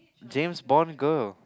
James-Bond girl